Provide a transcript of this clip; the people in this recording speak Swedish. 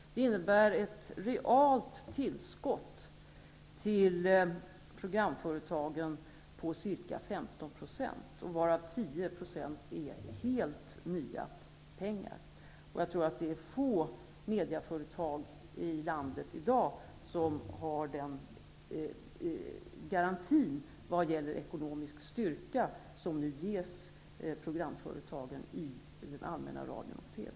Detta innebär ett realt tillskott till programföretagen på ca 15 %, varav 10 % är helt nya pengar. Jag tror att det i dag är få mediaföretag i landet som har den garanti vad gäller ekonomisk styrka som nu ges programföretagen i den allmänna radion och TV:n.